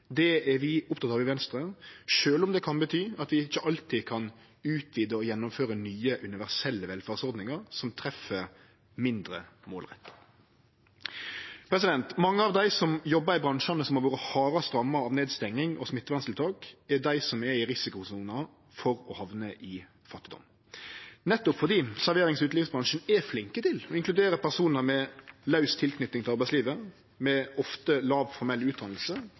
Det er vi opptekne av i Venstre, sjølv om det kan bety at vi ikkje alltid kan utvide og gjennomføre nye, universelle velferdsordningar som treff mindre målretta. Mange av dei som jobbar i bransjane som har vore hardast ramma av nedstenging og smitteverntiltak, er dei som er i risikosona for å hamne i fattigdom, nettopp fordi serverings- og utelivsbransjen er flinke til å inkludere personar med laus tilknyting til arbeidslivet, ofte med låg formell